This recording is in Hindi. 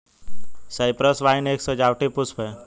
साइप्रस वाइन एक सजावटी पुष्प है